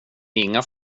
inga